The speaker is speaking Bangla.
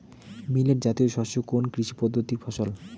মিলেট জাতীয় শস্য কোন কৃষি পদ্ধতির ফসল?